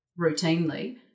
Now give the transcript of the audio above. routinely